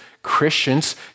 Christians